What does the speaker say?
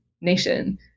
nation